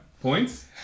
points